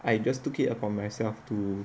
I just took it upon myself to